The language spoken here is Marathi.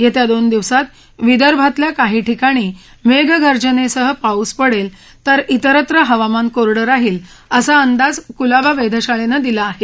येत्या दोन दिवसात विदर्भातल्या काही ठिकाणी मेघगर्जनेसह पाऊस पडेल तर उत्तर हवामान कोरडं राहील असा अंदाज कुलाबा वेधशाळेनं दिला आहे